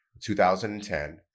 2010